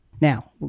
Now